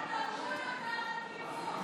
נפתלי בנט בדצמבר 2012: